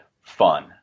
fun